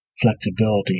flexibility